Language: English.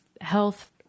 health